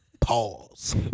Pause